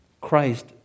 Christ